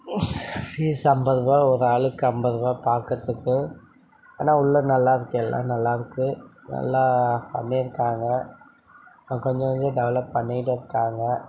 piece ஐம்பது ரூபாய் ஒரு ஆளுக்கு ஐம்பது ரூபாய் பார்க்குறதுக்கு ஆனால் உள்ளே நல்லாயிருக்கு எல்லாம் நல்லாயிருக்கு நல்லா பண்ணியிருக்காங்க கொஞ்சம் கொஞ்சம் டெவலப் பண்ணிகிட்டு இருக்காங்க